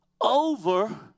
over